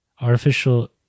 Artificial